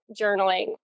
journaling